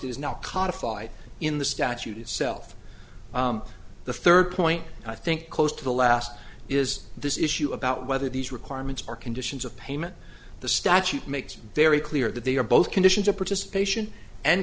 codified in the statute itself the third point i think close to the last is this issue about whether these requirements are conditions of payment the statute makes very clear that they are both conditions of participation and